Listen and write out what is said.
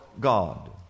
God